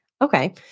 Okay